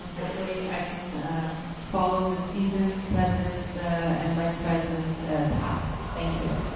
um hopefully, i can follow the seasoned presidents' and vice presidents' path. thank you.